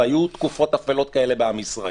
היו תקופות אפלות כאלה בעם ישראל.